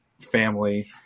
family